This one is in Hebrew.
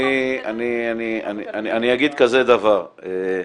אני אגיד כזה דבר,